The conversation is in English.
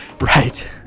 Right